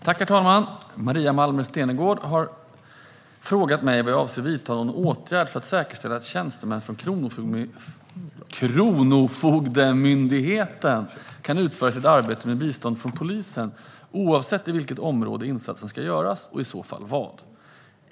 Herr talman! Maria Malmer Stenergard har frågat mig om jag avser att vidta någon åtgärd för att säkerställa att tjänstemän från Kronofogdemyndigheten kan utföra sitt arbete med bistånd från polisen oavsett i vilket område insatsen ska göras, och i så fall vad.